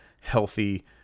healthy